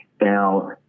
Now